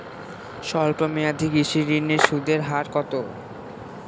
স্বল্প মেয়াদী কৃষি ঋণের সুদের হার কত?